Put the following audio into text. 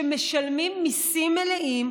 שמשלמים מיסים מלאים,